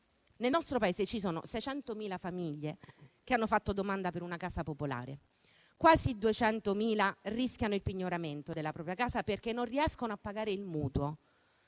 nel nostro Paese ci sono 600.000 famiglie che hanno fatto domanda per una casa popolare. Quasi 200.000 rischiano il pignoramento della propria casa perché non riescono a pagare il mutuo;